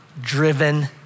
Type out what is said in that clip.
driven